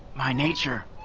my nature,